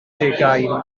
deugain